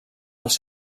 els